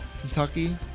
Kentucky